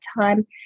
time